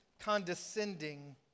condescending